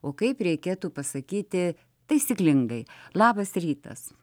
o kaip reikėtų pasakyti taisyklingai labas rytas